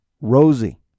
Rosie